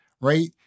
right